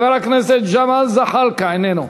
חבר הכנסת ג'מאל זחאלקה, איננו.